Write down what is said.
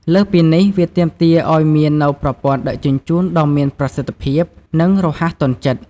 លើសពីនេះ វាទាមទារឲ្យមាននូវប្រព័ន្ធដឹកជញ្ជូនដ៏មានប្រសិទ្ធភាព និងរហ័សទាន់ចិត្ត។